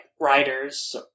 writers